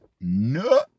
No